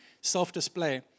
self-display